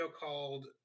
called